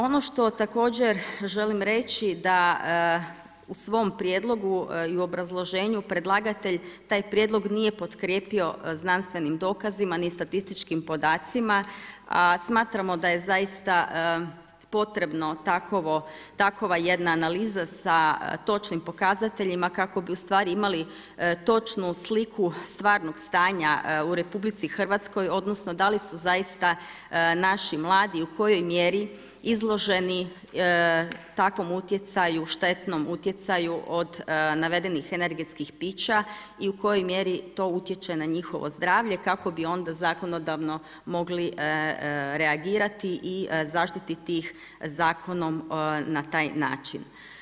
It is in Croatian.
Ono što također želim reći da u svom prijedlogu i obrazloženju predlagatelj taj prijedlog nije potkrijepio znanstvenim dokazima niti statističkim podacima a smatramo da je zaista potrebno takva jedna analiza sa točnim pokazateljima kako bi ustvari imali točnu sliku stvarnog stanja u RH, odnosno da li su zaista naši mladi i u kojoj mjeri izloženi takvom utjecaju, štetnom utjecaju od navedenih energetskih pića i u kojoj mjeri to utječe na njihovo zdravlje kako bi onda zakonodavno mogli reagirati i zaštiti ih zakonom na taj način.